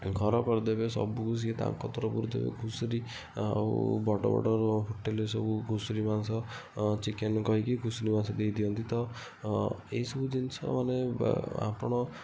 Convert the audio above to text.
ଘର କରିଦେବେ ସବୁ ସିଏ ତାଙ୍କ ତରଫରୁ ଘୁଷୁରୀ ଆଉ ବଡ଼ବଡ଼ ହୋଟେଲରେ ସବୁ ଘୁଷୁରୀ ମାଂସ ଚିକେନ୍ କାହିଁକି ଘୁଷୁରୀ ମାଂସ ଦେଇଦିଅନ୍ତି ତ ଏହିସବୁ ଜିନଷ ମାନେ ଆପଣ